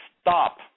stop